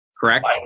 correct